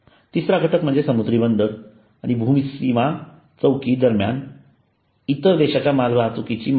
तिसरा घटक म्हणजे समुद्री बंदर आणि भू सीमा चौकी दरम्यान इतर देशांच्या मालवाहतुकीची मागणी